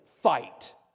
fight